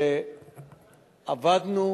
שעבדנו